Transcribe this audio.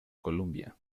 columbia